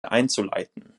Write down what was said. einzuleiten